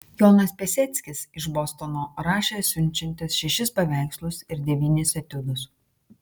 jonas piaseckis iš bostono rašė siunčiantis šešis paveikslus ir devynis etiudus